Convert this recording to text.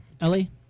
Ellie